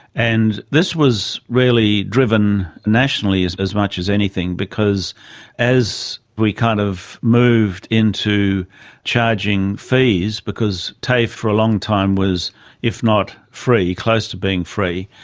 and this was really driven nationally as as much as anything because as we kind of moved into charging fees, because tafe for a long time was if not free close to being free,